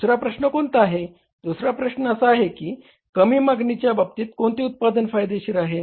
दुसरा प्रश्न कोणता आहे दुसरा प्रश्न असा आहे की कमी मागणीच्या बाबतीत कोणते उत्पादन फायदेशीर आहे